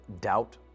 doubt